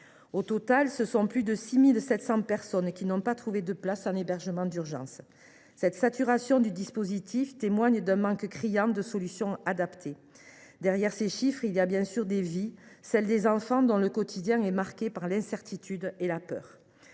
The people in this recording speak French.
Au total, plus de 6 700 personnes n’ont pas trouvé de place en hébergement d’urgence. Cette saturation du dispositif témoigne d’un manque criant de solutions adaptées. Derrière ces chiffres, il y a bien sûr des vies, notamment celles des enfants dont le quotidien est marqué par l’incertitude et la peur.